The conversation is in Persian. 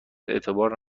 اعتبار